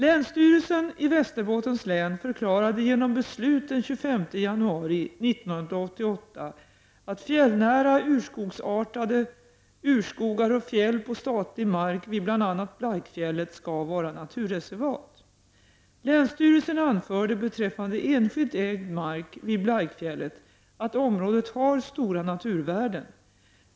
Länsstyrelsen i Västerbottens län förklarade genom beslut den 25 januari 1988 att fjällnära urskogsartade urskogar och fjäll på statlig mark vid bl.a. Blaikfjället skall vara naturreservat. Länsstyrelsen anförde beträffande enskilt ägd mark vid Blaikfjället att området har stora naturvärden.